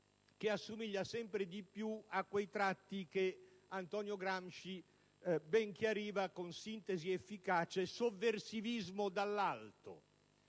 che assomiglia sempre più a quei tratti che Antonio Gramsci ben chiariva con sintesi efficace con l'espressione "sovversivismo dall'alto".